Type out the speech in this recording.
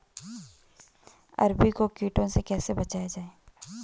अरबी को कीटों से कैसे बचाया जाए?